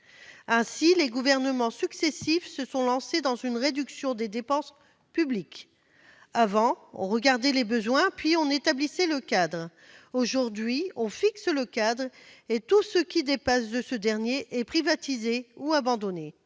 missions. Les gouvernements successifs se sont lancés dans une politique de réduction des dépenses publiques. Avant, on déterminait les besoins, puis on établissait le cadre ; aujourd'hui, on fixe le cadre, et tout ce qui en dépasse est privatisé ou abandonné.